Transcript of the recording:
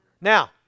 Now